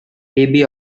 baby